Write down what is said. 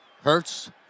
Hurts